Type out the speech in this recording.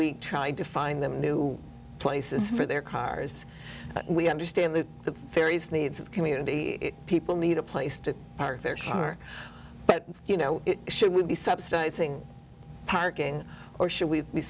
we tried to find them new places for their cars we understand the various needs of community people need a place to park their summer that you know should we be subsidizing parking or should we be